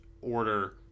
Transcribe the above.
order